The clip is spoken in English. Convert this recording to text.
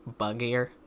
buggier